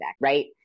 Right